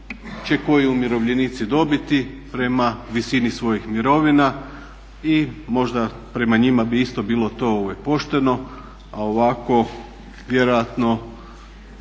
će koji umirovljenici dobiti prema visini svojih mirovina i možda prema njima bi isto bilo to pošteno, a ovako vjerojatno